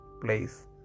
place